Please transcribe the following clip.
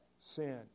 sin